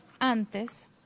antes